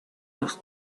los